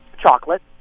Chocolate